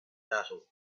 battle